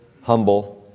humble